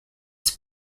its